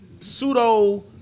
pseudo